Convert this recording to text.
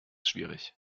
schwierig